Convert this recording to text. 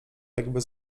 jakby